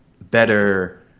better